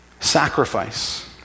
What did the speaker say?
sacrifice